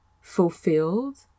fulfilled